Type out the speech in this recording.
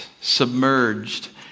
submerged